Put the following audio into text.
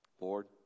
Lord